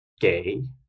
gay